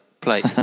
plate